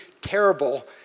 terrible